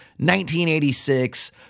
1986